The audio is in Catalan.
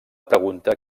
pregunta